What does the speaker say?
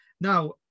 now